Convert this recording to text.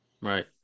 Right